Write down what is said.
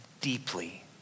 deeply